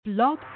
Blog